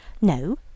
No